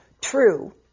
true